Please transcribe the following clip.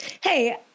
Hey